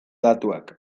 datuak